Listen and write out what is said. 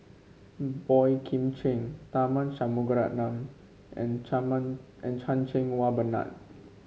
Boey Kim Cheng Tharman Shanmugaratnam and Chan and Chan Cheng Wah Bernard